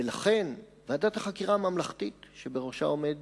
ולכן, ועדת החקירה הממלכתית, שבראשה עומד